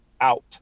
out